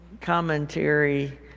commentary